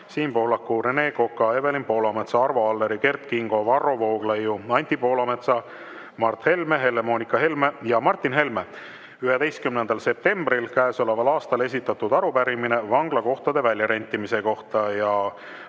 Siim Pohlaku, Rene Koka, Evelin Poolametsa, Arvo Alleri, Kert Kingo, Varro Vooglaiu, Anti Poolametsa, Mart Helme, Helle-Moonika Helme ja Martin Helme 11. septembril käesoleval aastal esitatud arupärimine vanglakohtade väljarentimise kohta.